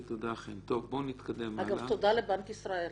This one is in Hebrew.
אגב, ממש תודה לבנק ישראל